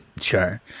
Sure